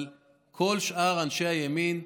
אבל כל שאר אנשי הימין,